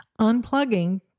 Unplugging